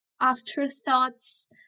afterthoughts